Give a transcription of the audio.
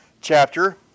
chapter